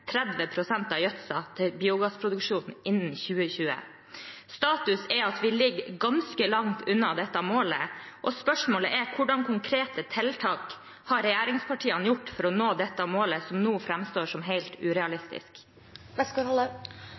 pst. av gjødselen til biogassproduksjon innen 2020. Status er at vi ligger ganske langt unna dette målet. Spørsmålet er hvilke konkrete tiltak regjeringspartiene har gjort for å nå dette målet, som nå framstår som helt